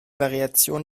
variation